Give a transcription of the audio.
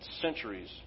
centuries